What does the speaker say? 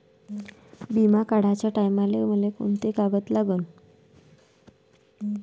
बिमा काढाचे टायमाले मले कोंते कागद लागन?